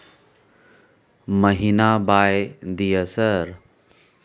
महीना बाय दिय सर?